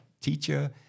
teacher